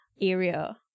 area